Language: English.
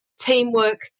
teamwork